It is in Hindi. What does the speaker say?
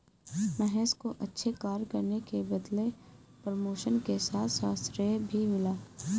महेश को अच्छे कार्य करने के बदले प्रमोशन के साथ साथ श्रेय भी मिला